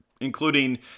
including